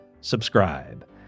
subscribe